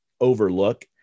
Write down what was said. overlook